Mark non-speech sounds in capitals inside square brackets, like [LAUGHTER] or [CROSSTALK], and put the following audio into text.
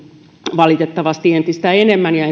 valitettavasti entistä enemmän ja [UNINTELLIGIBLE]